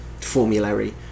formulary